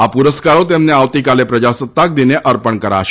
આ પુરસ્કારો તેમને આવતીકાલે પ્રજાસત્તાક દિને અર્પણ કરાશે